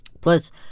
Plus